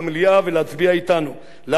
אלפי-מנשה, אהוד לוי.